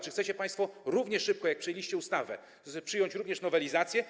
Czy chcecie państwo równie szybko, jak przyjęliście ustawę, przyjąć również nowelizację?